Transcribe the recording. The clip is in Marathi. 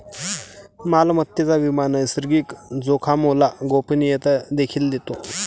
मालमत्तेचा विमा नैसर्गिक जोखामोला गोपनीयता देखील देतो